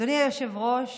אדוני היושב-ראש,